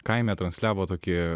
kaime transliavo tokį